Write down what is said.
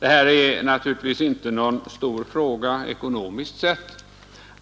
Det här är naturligtvis inte någon stor fråga ekonomiskt sett,